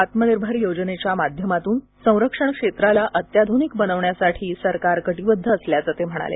आत्मनिर्भर योजनेच्या माध्यमातून संरक्षण क्षेत्राला अत्याधुनिक बनवण्यासाठी सरकार कटीबद्ध असल्याचं मोदी यांनी सांगितलं